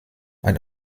ein